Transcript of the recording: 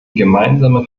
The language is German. gemeinsame